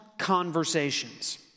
conversations